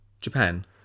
Japan